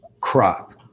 crop